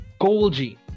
Golgi